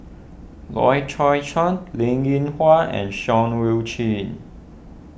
Loy Chye Chuan Linn in Hua and Seah Eu Chin